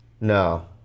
No